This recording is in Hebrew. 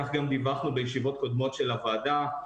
כך גם דיווחנו בישיבות קודמות של הוועדה,